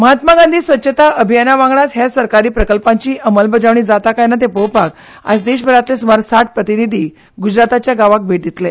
महात्मा गांधी स्वच्छता अभियाना वांगडाच हेर सरकारी प्रकल्पांची अंमलबजावणी जाता काय ना ते पळोवपाक आयज देशभरांतले सुमार साठ प्रतिनिधी गुजरातांतल्या गांवाक भेट दितले